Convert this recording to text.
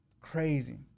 Crazy